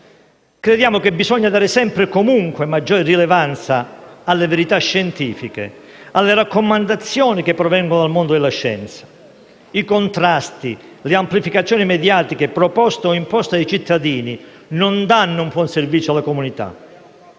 Crediamo che bisogna dare sempre e comunque maggiore rilevanza alle verità scientifiche, alle raccomandazioni che provengono dal mondo della scienza. I contrasti, le amplificazioni mediatiche proposte e imposte ai cittadini non danno un buon servizio alla comunità.